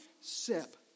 sip